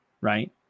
right